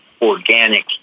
organic